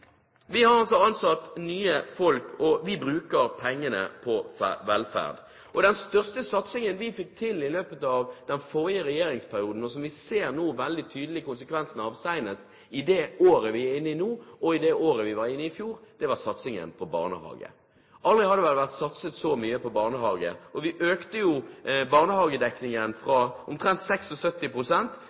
Vi har altså ansatt nye folk, og vi bruker pengene på velferd. Og den største satsingen vi fikk til i løpet av den forrige regjeringsperioden, og som vi nå veldig tydelig ser konsekvensene av, senest i det året vi er inne i nå, og også i fjor, var satsingen på barnehage. Aldri har det vært satset så mye på barnehage. Vi økte jo barnehagedekningen fra omtrent